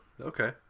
okay